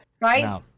right